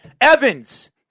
Evans